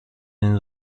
این